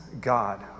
God